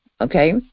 Okay